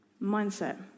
mindset